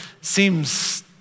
seems